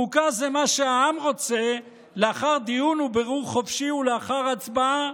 חוקה זה מה שהעם רוצה לאחר דיון ובירור חופשי ולאחר הצבעה,